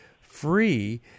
free